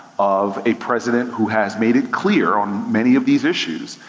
of a president, who has made it clear on many of these issues,